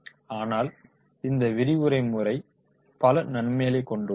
ஆனால் இந்த விரிவுரை முறை பல நன்மைகளைக் கொண்டுள்ளது